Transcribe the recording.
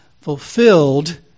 fulfilled